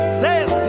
says